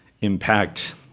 impact